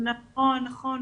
נכון, נכון.